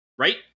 right